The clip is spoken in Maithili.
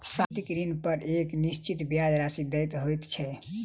सावधि ऋणपर एक निश्चित ब्याज राशि देय होइत छै